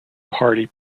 party